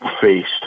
faced